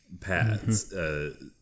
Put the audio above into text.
paths